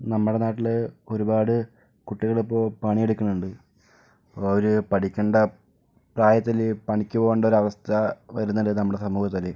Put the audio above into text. നമ്മളെ നാട്ടില് ഒരുപാട് കുട്ടികളിപ്പോൾ പണിയെടുക്കുന്നുണ്ട് അവർ പഠിക്കേണ്ട പ്രായത്തിൽ പണിക്ക് പോകേണ്ട ഒരു അവസ്ഥ വരുന്നത് നമ്മുടെ സമൂഹത്തിൽ